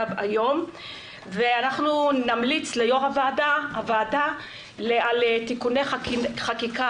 היום ונמליץ ליושב-ראש הוועדה על תיקוני חקיקה.